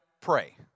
pray